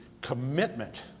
commitment